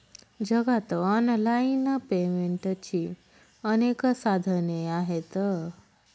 जगात ऑनलाइन पेमेंटची अनेक साधने आहेत